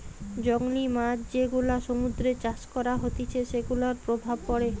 জংলী মাছ যেগুলা সমুদ্রতে চাষ করা হতিছে সেগুলার প্রভাব পড়ে